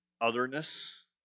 otherness